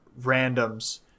randoms